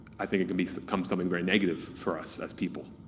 i think it can become something very negative for us as people.